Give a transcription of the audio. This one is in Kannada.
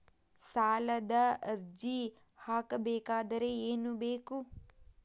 ಸಾಲದ ಅರ್ಜಿ ಹಾಕಬೇಕಾದರೆ ಏನು ಬೇಕು?